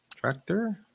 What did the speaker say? tractor